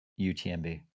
UTMB